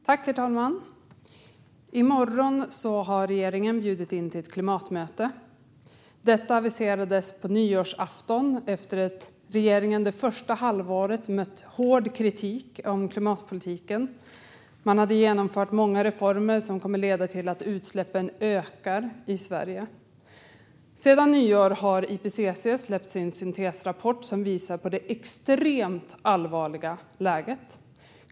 Herr talman! I morgon har regeringen bjudit in till ett klimatmöte. Detta aviserades på nyårsafton efter att regeringen under det första halvåret mött hård kritik i fråga om klimatpolitiken. Man hade genomfört många reformer som kommer att leda till att utsläppen ökar i Sverige. Sedan nyår har IPCC släppt sin syntesrapport, som visar på det extremt allvarliga läget.